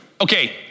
Okay